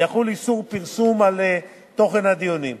ויחול איסור פרסום על תוכן הדיונים.